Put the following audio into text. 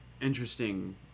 Interesting